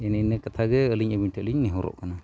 ᱮᱱᱮ ᱤᱱᱟᱹ ᱠᱟᱛᱷᱟᱜᱮ ᱟᱹᱞᱤᱧ ᱟᱵᱤᱱ ᱴᱷᱮᱡᱞᱤᱧ ᱱᱮᱦᱚᱨᱚᱜ ᱠᱟᱱᱟ